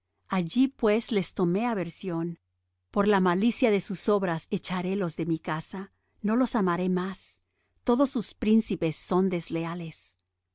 allí pues les tomé aversión por la malicia de sus obras echarélos de mi casa no los amaré más todos sus príncipes son desleales